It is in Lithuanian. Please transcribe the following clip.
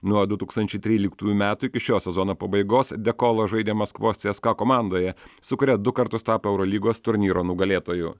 nuo du tūkstančiai tryliktųjų metų iki šio sezono pabaigos dekolo žaidė maskvos cska komandoje su kuria du kartus tapo eurolygos turnyro nugalėtoju